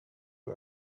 who